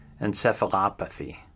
Encephalopathy